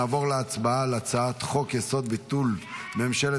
נעבור להצבעה על הצעת חוק-יסוד: ביטול ממשלת